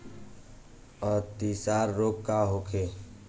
अतिसार रोग का होखे?